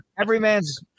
Everyman's –